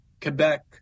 Quebec